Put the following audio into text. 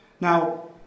Now